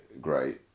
great